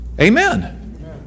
Amen